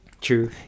true